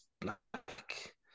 black